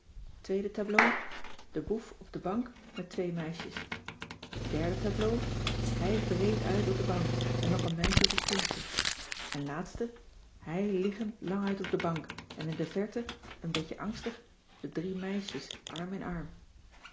tweede tableau de boef op de bank cissy van marxveldt de h b s tijd van joop ter heul met twee meisjes derde tableau hij breed uit op de bank en nog een meisje op het puntje en laatste hij liggend languit op de bank en in de verte een beetje angstig de drie meisjes arm in arm